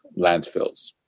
landfills